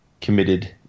committed